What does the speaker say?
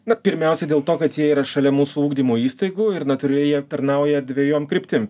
na pirmiausia dėl to kad jie yra šalia mūsų ugdymo įstaigų ir natūraliai jie aptarnauja dvejom kryptim